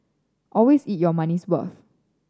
always eat your money's worth